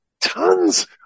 tons